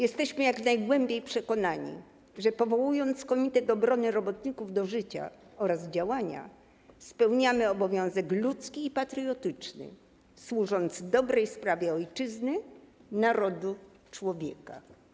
Jesteśmy jak najgłębiej przekonani, iż powołując Komitet Obrony Robotników do życia oraz działania - spełniamy obowiązek ludzki i patriotyczny, służąc dobrej sprawie Ojczyzny, Narodu, Człowieka”